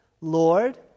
Lord